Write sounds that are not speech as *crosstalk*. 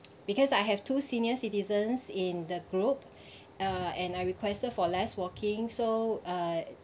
because I have two senior citizens in the group *breath* uh and I requested for less walking so uh